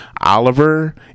Oliver